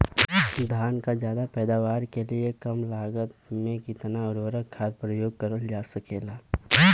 धान क ज्यादा पैदावार के लिए कम लागत में कितना उर्वरक खाद प्रयोग करल जा सकेला?